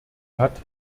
hat